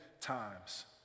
times